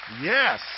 Yes